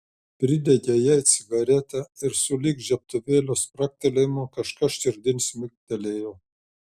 pridegė jai cigaretę ir sulig žiebtuvėlio spragtelėjimu kažkas širdin smigtelėjo